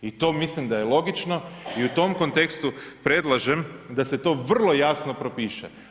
I to mislim da je logično i u tom kontekstu predlažem da se to vrlo jasno propiše.